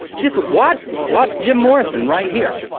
just watch watch jim morrison right here.